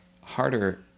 harder